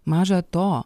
maža to